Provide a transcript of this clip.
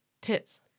tits